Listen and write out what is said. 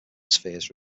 spheres